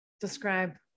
describe